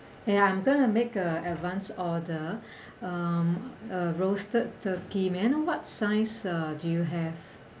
ya I'm gonna make a advanced order um a roasted turkey may I know what size uh do you have